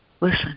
Listen